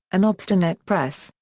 an obstinate press,